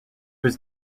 was